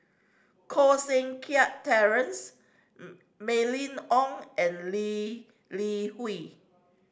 Koh Seng Kiat Terence Mylene Ong and Lee Li Hui